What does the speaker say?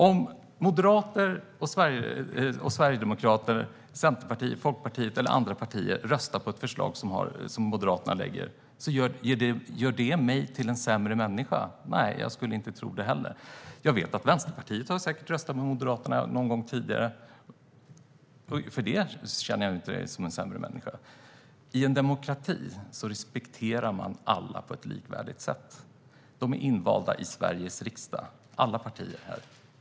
Om Sverigedemokraterna, Centerpartiet, Liberalerna eller andra partier röstar på ett förslag från Moderaterna, gör det mig till en sämre människa? Nej, jag skulle inte tro det heller. Jag vet att Vänsterpartiet säkert har röstat på Moderaternas någon gång tidigare, men jag känner mig inte som en sämre människa för det. I en demokrati respekterar man alla på ett likvärdigt sätt. Alla partier här är invalda i Sveriges riksdag.